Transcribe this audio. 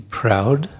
proud